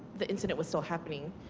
the incident was still happening,